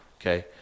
okay